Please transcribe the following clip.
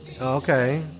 Okay